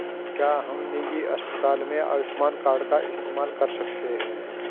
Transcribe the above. क्या हम निजी अस्पताल में आयुष्मान कार्ड का इस्तेमाल कर सकते हैं?